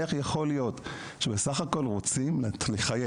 איך יכול להיות שבסך הכול רוצים לחייב,